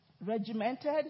regimented